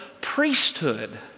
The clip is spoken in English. priesthood